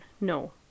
no